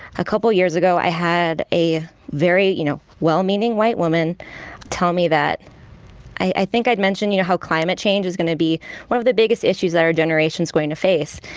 a couple years ago, i had a very, you know, well-meaning white woman tell me that i think i'd mentioned, you know, how climate change is going to be one of the biggest issues that our generation is going to face.